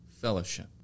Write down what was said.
fellowship